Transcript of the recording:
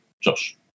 Josh